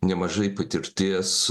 nemažai patirties